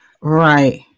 Right